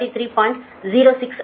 06 ஆகும்